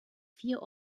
vier